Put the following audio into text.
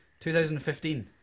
2015